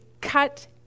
cut